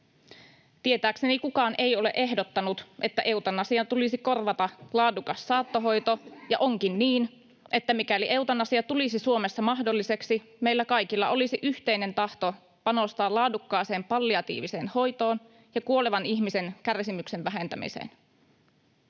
Tietääkseni kukaan ei ole ehdottanut, että eutanasian tulisi korvata laadukas saattohoito, ja onkin niin, että mikäli eutanasia tulisi Suomessa mahdolliseksi, meillä kaikilla olisi yhteinen tahto panostaa laadukkaaseen palliatiiviseen hoitoon ja kuolevan ihmisen kärsimyksen vähentämiseen.